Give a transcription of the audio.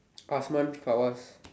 Asman Fawaz